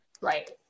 right